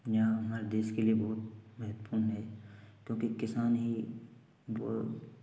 या हमारे देश के लिए बहुत महत्वपूर्ण है क्योंकि किसान ही